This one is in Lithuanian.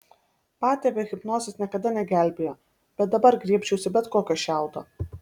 patėvio hipnozės niekada negelbėjo bet dabar griebčiausi bet kokio šiaudo